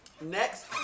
Next